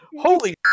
Holy